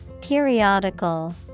Periodical